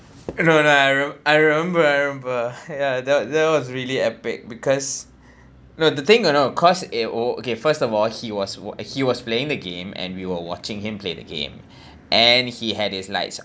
you know and I re~ I remember I remember ya that that was really epic because know the thing you know cause it oh okay first of all he was wh~ he was playing the game and we were watching him play the game and he had his lights